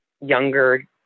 younger